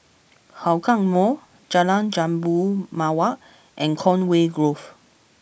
Hougang Mall Jalan Jambu Mawar and Conway Grove